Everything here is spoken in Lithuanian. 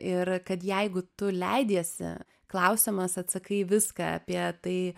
ir kad jeigu tu leidiesi klausiamas atsakai viską apie tai